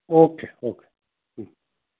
ওকে okay হ্যাঁ হুম